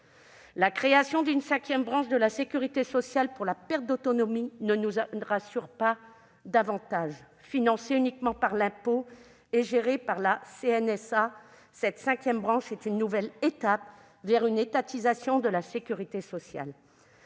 La création d'une cinquième branche de la sécurité sociale pour la perte d'autonomie ne nous rassure pas davantage. Financée uniquement par l'impôt et gérée par la CNSA, cette cinquième branche est une nouvelle étape vers une étatisation de la sécurité sociale.